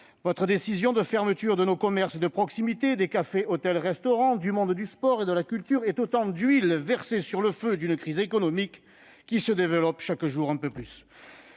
Votre décision de fermeture de nos commerces de proximité, des cafés, hôtels et restaurants, du monde du sport et de la culture est autant d'huile versée sur le feu d'une crise économique qui se développe chaque jour un peu plus.